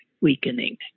weakening